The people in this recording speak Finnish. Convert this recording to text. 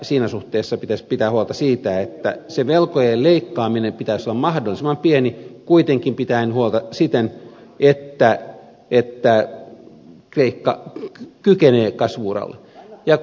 siinä suhteessa pitäisi pitää huolta siitä että sen velkojen leikkaamisen pitäisi olla mahdollisimman pieni kuitenkin pitäen huolta siitä että kreikka kykenee kasvu uralle